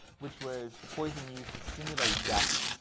which was the poison used to simulate death.